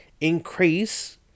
increase